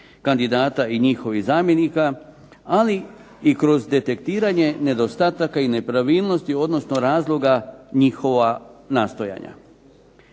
kandidata i njihovih zamjenika, ali i kroz detektiranje nedostataka i nepravilnosti, odnosno razloga njihova nastojanja.